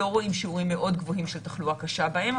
אנחנו לא רואים שיעורים מאוד גבוהים של תחלואה קשה בהם.